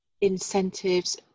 incentives